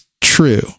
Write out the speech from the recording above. true